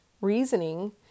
reasoning